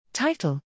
Title